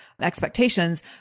expectations